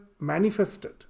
manifested